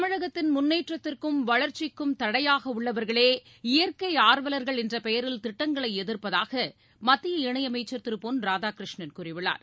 தமிழகத்தின் முன்னேற்றத்திற்கும் வளர்ச்சிக்கும் தடையாக உள்ளவர்களே இயற்கை ஆர்வலர்கள் என்ற பெயரில் திட்டங்களை எதிர்ப்பதாக மத்திய இணையமைச்சர் திரு பொன் ராதாகிருஷ்ணன் கூறியுள்ளார்